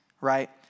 right